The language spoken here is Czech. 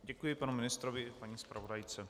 Děkuji panu ministrovi i paní zpravodajce.